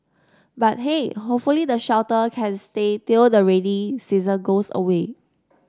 but hey hopefully the shelter can stay till the rainy season goes away